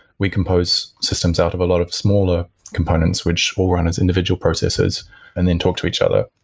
we compose systems out of a lot of smaller components, which all run as individual processes and then talk to each other.